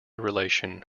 relation